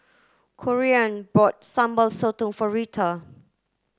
Corean bought Sambal Sotong for Rheta